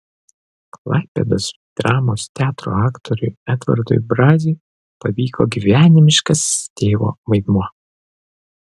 klaipėdos dramos teatro aktoriui edvardui braziui pavyko gyvenimiškas tėvo vaidmuo